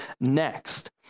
next